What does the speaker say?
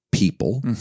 people